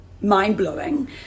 mind-blowing